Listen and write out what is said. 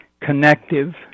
connective